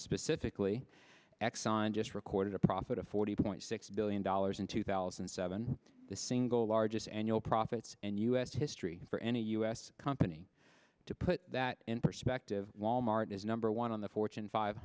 specifically exxon just recorded a profit of forty point six billion dollars in two thousand and seven the single largest annual profits and u s history for any u s company to put that in perspective wal mart is number one on the fortune five